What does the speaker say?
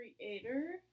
creator